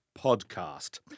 podcast